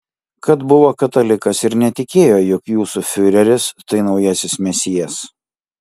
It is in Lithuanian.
kad buvo katalikas ir netikėjo jog jūsų fiureris tai naujasis mesijas